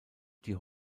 die